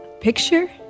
picture